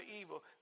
evil